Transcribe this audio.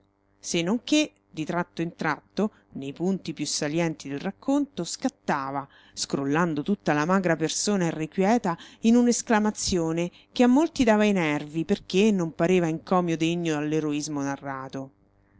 non che di tratto in tratto nei punti più salienti del racconto scattava scrollando tutta la magra persona irrequieta in un'esclamazione che a molti dava ai nervi perché non pareva encomio degno all'eroismo narrato